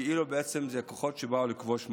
כאילו בעצם זה כוחות שבאו לכבוש משהו,